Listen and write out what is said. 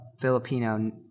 Filipino